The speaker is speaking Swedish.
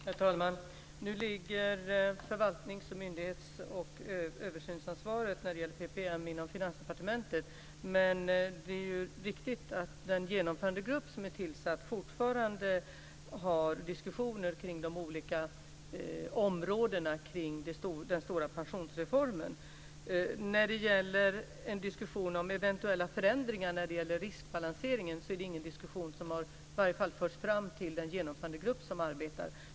Herr talman! Nu ligger förvaltnings-, myndighetsoch översynsansvaret när det gäller PPM inom Finansdepartementet. Men det är riktigt att den genomförandegrupp som är tillsatt fortfarande för diskussioner om de olika områdena kring den stora pensionsreformen. Angående eventuella förändringar av riskbalanseringen är det ingen diskussion som har förts fram, i varje fall inte till den genomförandegrupp arbetar.